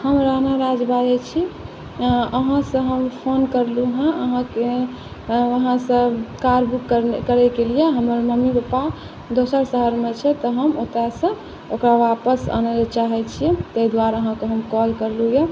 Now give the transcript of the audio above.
हम रानी राज बाजै छी अहाँ से हम फोन करलू हँ अहाँकेँ अहाँसँ कार बुक करैके लिय हमर मम्मी पापा दोसर शहरमे छै तऽ हम ओतऽ सँ ओकरा वापस आनै लए चाहै छी ताहि दुआरे अहाँकेॅं हम कॉल करलू यऽ